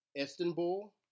Istanbul